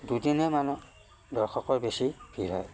দুদিনেই মানহ দৰ্শকৰ বেছি ভিৰ হয়